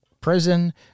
prison